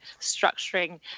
structuring